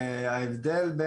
ההבדל,